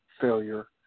failure